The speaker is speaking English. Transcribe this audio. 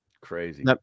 Crazy